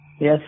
Yes